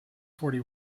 forty